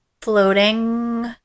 floating